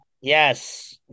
Yes